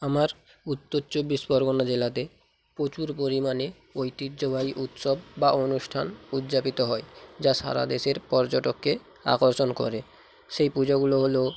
আমার উত্তর চব্বিশ পরগনা জেলাতে প্রচুর পরিমাণে ঐতিহ্যবাহী উৎসব বা অনুষ্ঠান উদযাপিত হয় যা সারা দেশের পর্যটককে আকর্ষণ করে সেই পুজোগুলো হলো